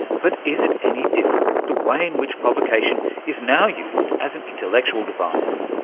but is it any different with the way in which provocation is now used as an intellectual device?